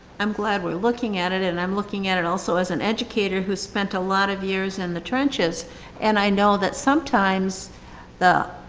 i'm glad we're looking at it and i'm looking at it also as an educator who spent a lot of years in and the trenches and i know that sometimes the,